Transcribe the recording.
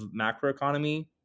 macroeconomy